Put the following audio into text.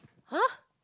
!huh!